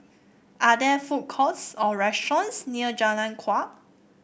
are there food courts or restaurants near Jalan Kuak